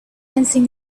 sensing